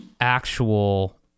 actual